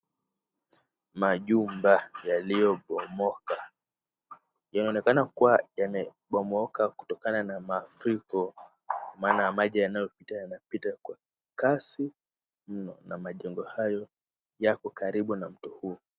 Majumba yaliyoporomoka, yanaonekana kuwa yamebomoka kutokana na mafuriko, maana maji yanayopita yanapita kwa kasi na majengo hayo yako karibu na mto huo.